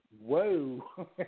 Whoa